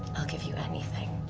i'll give you anything.